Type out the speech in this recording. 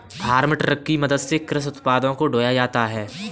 farm truck की मदद से कृषि उत्पादों को ढोया जाता है